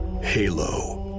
Halo